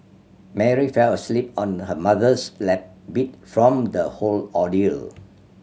Mary fell asleep on her mother's lap beat from the whole ordeal